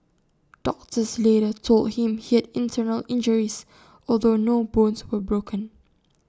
doctors later told him he had internal injuries although no bones were broken